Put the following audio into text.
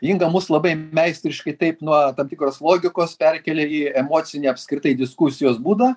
inga mus labai meistriškai taip nuo tam tikros logikos perkėlė į emocinį apskritai diskusijos būdą